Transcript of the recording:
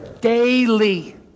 Daily